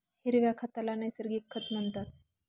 हिरव्या खताला नैसर्गिक खत म्हणतात